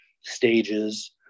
stages